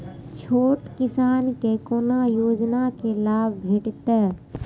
छोट किसान के कोना योजना के लाभ भेटते?